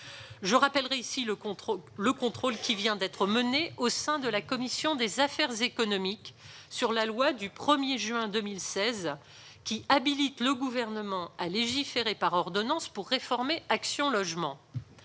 Je rappellerai ici le contrôle qui vient d'être mené, au sein de la commission des affaires économiques, sur la loi du 1 juin 2016 habilitant le Gouvernement à légiférer par ordonnances pour réformer Action logement.